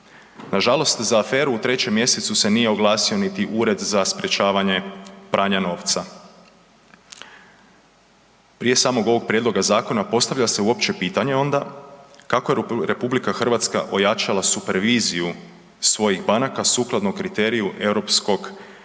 Nažalost za aferu u 3. mj. se nije oglasio niti Ured za sprječavanje pranja novca. Prije samog ovog prijedloga zakona, postavlja se uopće pitanje onda je RH ojačala superviziju svojih banka sukladno kriteriju ERM